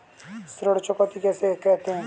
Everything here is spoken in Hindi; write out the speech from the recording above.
ऋण चुकौती किसे कहते हैं?